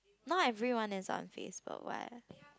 now everyone is on Facebook what